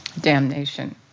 damnation